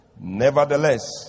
Nevertheless